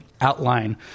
outline